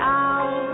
out